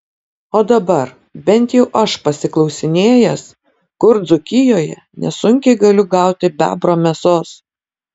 o dabar bent jau aš pasiklausinėjęs kur dzūkijoje nesunkiai galiu gauti bebro mėsos